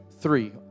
three